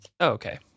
Okay